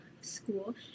school